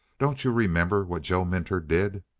don't you remember what joe minter did?